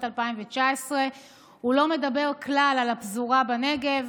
2019. הוא לא מדבר כלל על הפזורה בנגב.